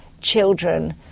children